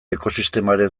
ekosistemaren